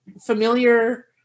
familiar